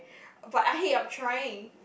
but ah hey I'm trying